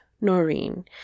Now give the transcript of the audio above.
Noreen